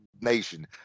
Nation